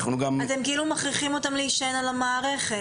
כאילו מכריחים אותם להישען על המערכת.